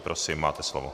Prosím, máte slovo.